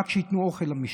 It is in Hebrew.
רק שייתנו אוכל למשפחות.